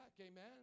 Amen